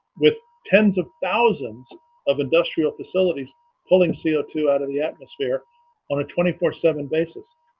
with tens of thousands of industrial facilities pulling c o two out of the atmosphere on a twenty four seven basis